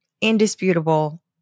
indisputable